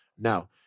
Now